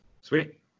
Sweet